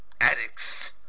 ...addicts